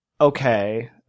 Okay